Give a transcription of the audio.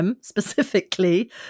specifically